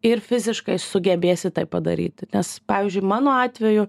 ir fiziškai sugebėsit tai padaryti nes pavyzdžiui mano atveju